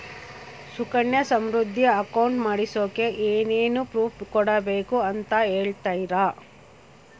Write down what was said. Sukanya Samriddhi account ಮಾಡಿಸೋಕೆ ಏನೇನು proof ಕೊಡಬೇಕು ಅಂತ ಹೇಳ್ತೇರಾ?